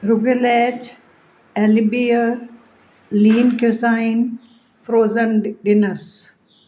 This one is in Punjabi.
rugelach Albia Lean Cuisine frozen Diners